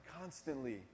constantly